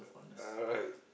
alright